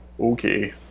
okay